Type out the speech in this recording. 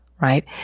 right